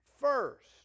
first